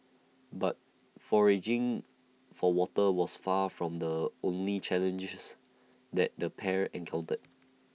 but foraging for water was far from the only challenges that the pair encountered